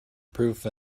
proof